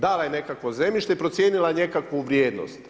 Dala je nekakvo zemljište i procijenila nekakvu vrijednost.